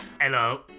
Hello